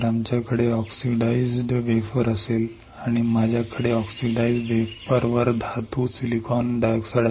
जर आमच्याकडे oxidize wafer असेल आणि माझ्याकडे ऑक्सिडाइझ वेफरवर धातू असेल तर धातू सिलिकॉन डायऑक्साइड